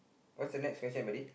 what's the next question buddy